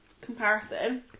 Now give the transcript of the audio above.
comparison